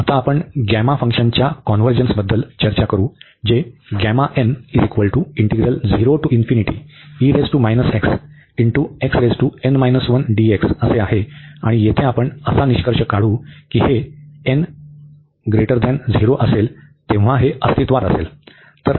आता आपण गॅमा फंक्शनच्या कॉन्व्हर्जन्सबद्दल चर्चा करू जे आहे आणि येथे आपण असा निष्कर्ष काढू की हे n 0 असेल तेव्हा हे अस्तित्त्वात असेल